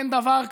אין דבר כזה.